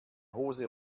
hose